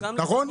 נכון?